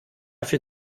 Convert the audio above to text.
für